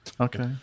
Okay